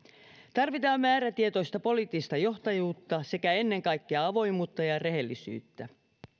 tarvitaan määrätietoista poliittista johtajuutta sekä ennen kaikkea avoimuutta ja rehellisyyttä